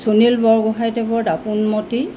সুনীল বৰগোহাঁঞিদেৱৰ দাপোনমতি